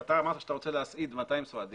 אתה אמרת שאתה רוצה להסעיד 200 סועדים,